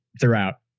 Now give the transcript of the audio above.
throughout